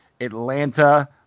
Atlanta